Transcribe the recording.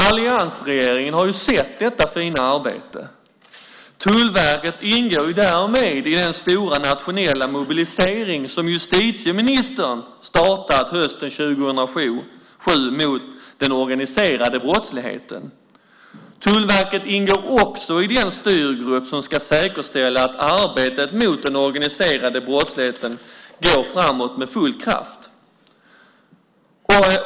Alliansregeringen har sett detta fina arbete. Tullverket ingår därmed i den stora nationella mobilisering som justitieministern startade hösten 2007 mot den organiserade brottsligheten. Tullverket ingår också i den styrgrupp som ska säkerställa att arbetet mot den organiserade brottsligheten går framåt med full kraft.